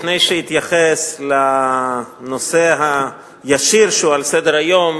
לפני שאתייחס לנושא הישיר שהוא על סדר-היום,